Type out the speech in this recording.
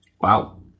Wow